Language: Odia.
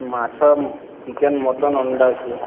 ମାଛ ଚିକେନ ମଟନ ଅଣ୍ଡା ଅଛି